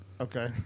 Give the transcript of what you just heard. Okay